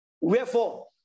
Wherefore